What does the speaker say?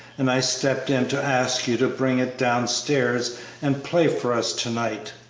and i stepped in to ask you to bring it downstairs and play for us to-night.